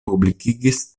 publikigis